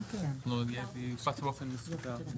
כן, זה גם יופץ באופן מסודר.